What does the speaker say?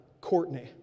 Courtney